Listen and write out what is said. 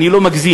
אני לא מגזים,